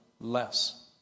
less